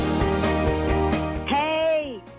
Hey